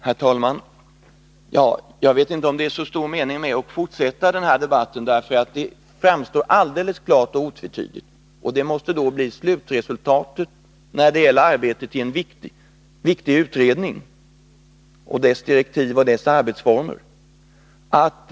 Herr talman! Det är kanske inte så stor mening med att fortsätta den här debatten. Statsrådet Göranssons uppfattning framstår ju alldeles klar och otvetydig, vilket måste påverka denna utrednings arbetsformer.